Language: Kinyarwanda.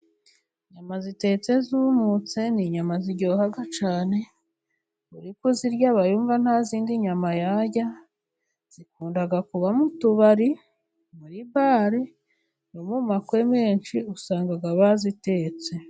Inyama zitetse zumutse, ni inyama ziryohaha cyane, uri kuzirya, aba yumva nta zindi nyama yarya, zikunda kuba mu tubari, muri bare, no mu makwe menshi usanga bazitetse.